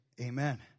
amen